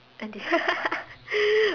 end this